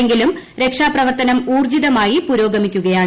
എങ്കിലും രക്ഷാപ്രവർത്തനം ഊർജ്ജിതമായി പുരോഗമിക്കുകയാണ്